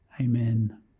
Amen